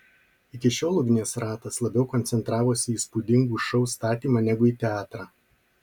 iki šiol ugnies ratas labiau koncentravosi į įspūdingų šou statymą negu į teatrą